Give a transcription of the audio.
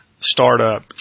startup